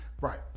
Right